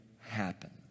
happen